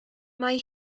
mae